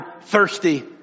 thirsty